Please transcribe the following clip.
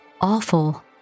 awful